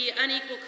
unequal